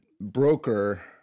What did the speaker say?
broker